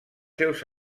seus